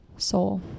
soul